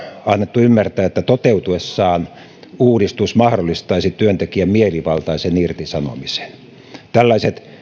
annettu ymmärtää että toteutuessaan uudistus mahdollistaisi työntekijän mielivaltaisen irtisanomisen tällaiset